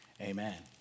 Amen